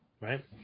right